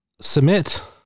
submit